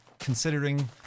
considering